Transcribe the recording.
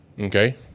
Okay